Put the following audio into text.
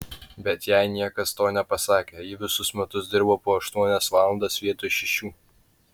bet jai niekas to nepasakė ji visus metus dirbo po aštuonias valandas vietoj šešių